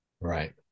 Right